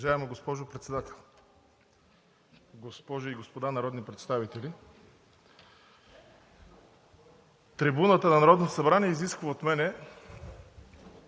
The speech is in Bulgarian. Уважаема госпожо Председател, госпожи и господа народни представители! Трибуната на Народното събрание изисква от мен